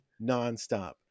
nonstop